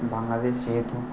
বাংলাদেশ যেহেতু